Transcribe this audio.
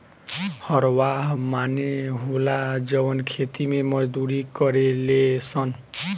हरवाह माने होला जवन खेती मे मजदूरी करेले सन